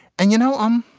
and you know i'm